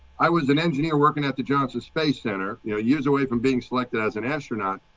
i was an engineer working at the johnson space center. you know, years away from being selected as an astronaut.